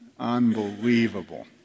Unbelievable